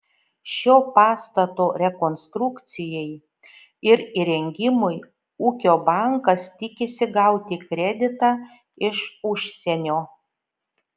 šio pastato rekonstrukcijai ir įrengimui ūkio bankas tikisi gauti kreditą iš užsienio